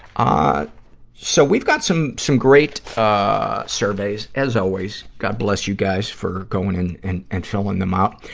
ah so, we've got some, some great, ah, surveys, as always. god bless you guys for going and, and, and filling them out.